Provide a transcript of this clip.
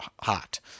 hot